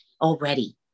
already